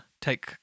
take